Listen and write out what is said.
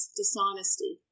dishonesty